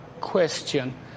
question